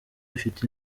ifite